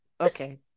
Okay